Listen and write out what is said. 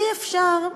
אי-אפשר,